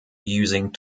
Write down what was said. using